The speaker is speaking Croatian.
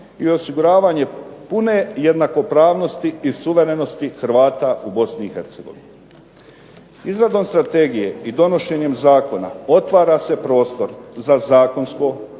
i osiguravanje pune jednakopravnosti u suverenosti Hrvata u Bosni i Hercegovini. Izradom strategije i donošenjem zakona otvara se prostor za zakonsko,